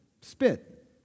spit